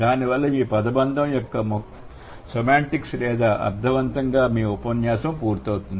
దానివల్ల మీ పదబంధం మొత్తం సెమాంటిక్స్ లేదా అర్థవంతంగా మీ ఉపన్యాసం పూర్తవుతుంది